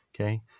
Okay